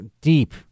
deep